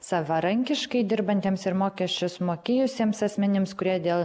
savarankiškai dirbantiems ir mokesčius mokėjusiems asmenims kurie dėl